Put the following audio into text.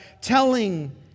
telling